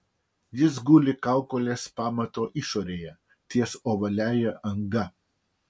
jis guli kaukolės pamato išorėje ties ovaliąja anga